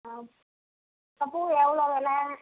ஆ ஆ பூ எவ்வளோ வில